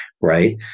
right